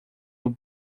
will